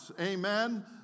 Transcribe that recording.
Amen